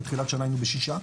בתחילת שנה היינו ב-6%.